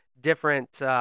different